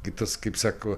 kitas kaip sako